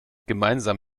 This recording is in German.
gemeinsam